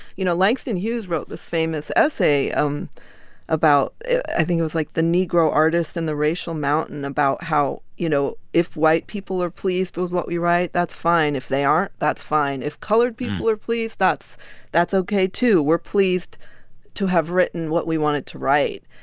you know, langston hughes wrote this famous essay um about i think it was, like, the negro artist and the racial mountain about how, you know, if white people are pleased with what we write, that's fine. if they aren't, that's fine. if colored people are pleased, that's that's ok too. we're pleased to have written what we wanted to write.